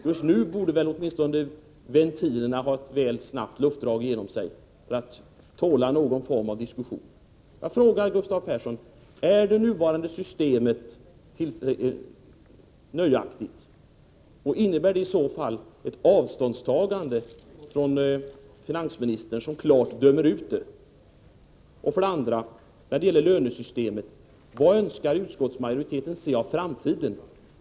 Just nu borde åtminstone ventilerna ha ett väl snabbt luftdrag igenom sig för att tåla någon form av diskussion. Är det nuvarande systemet nöjaktigt, Gustav Persson? Innebär det i så fall ett avståndstagande från finansministern, som klart dömer ut det? Vad önskar utskottet av framtiden när det gäller lönesystemet?